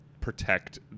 protect